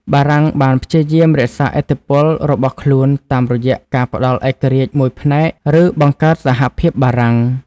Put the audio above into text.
បារាំងបានព្យាយាមរក្សាឥទ្ធិពលរបស់ខ្លួនតាមរយៈការផ្ដល់ឯករាជ្យមួយផ្នែក ឬបង្កើតសហភាពបារាំង ។